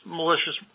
malicious